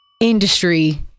industry